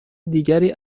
دیگری